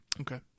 Okay